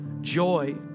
Joy